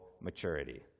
maturity